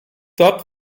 dort